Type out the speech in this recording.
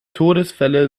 todesfälle